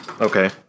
Okay